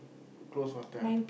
close what time